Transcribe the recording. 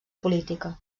política